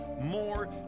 more